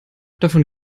davon